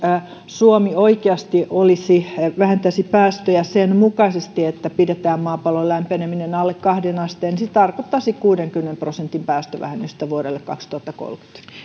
suomi oikeasti vähentäisi päästöjä sen mukaisesti että pidetään maapallon lämpeneminen alle kahteen asteen niin se tarkoittaisi kuudenkymmenen prosentin päästövähennystä vuodelle kaksituhattakolmekymmentä